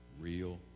real